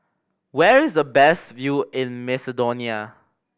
where is the best view in Macedonia